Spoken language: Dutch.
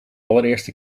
allereerste